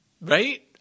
right